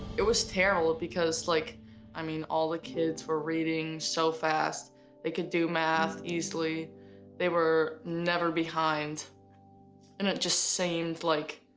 it was terrible because like i mean all the kids were reading so fast they can do math easily they were never behind and it just seemed like